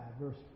verse